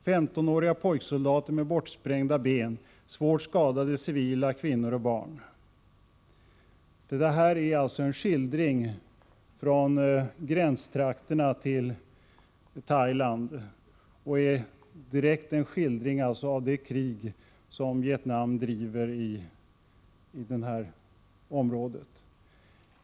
15-åriga pojksoldater med bortsprängda ben, svårt skadade civila, kvinnor och barn.” Detta är alltså en skildring från gränstrakterna till Thailand, en direkt skildring av det krig som Vietnam driver i det området.